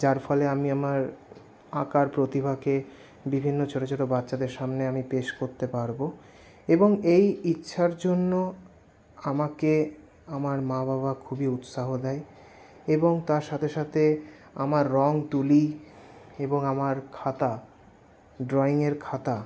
যার ফলে আমি আমার আঁকার প্রতিভাকে বিভিন্ন ছোটো ছোটো বাচ্ছাদের সামনে আমি পেশ করতে পারবো এবং এই ইচ্ছার জন্য আমাকে আমার মা বাবা খুবই উৎসাহ দেয় এবং তার সাথে সাথে আমার রঙ তুলি এবং আমার খাতা ড্রয়িঙের খাতা